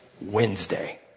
Wednesday